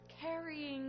carrying